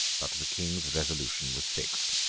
but the king's resolution was fixed.